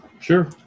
sure